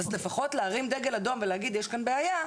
אז לפחות להרים דגל אדום ולהגיד יש כאן בעיה,